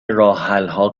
راهحلها